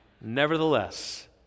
Nevertheless